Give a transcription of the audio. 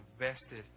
invested